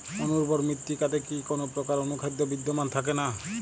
অনুর্বর মৃত্তিকাতে কি কোনো প্রকার অনুখাদ্য বিদ্যমান থাকে না?